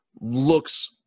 Looks